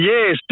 Yes